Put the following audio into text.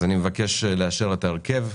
אני מבקש לאשר את ההרכב.